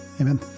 Amen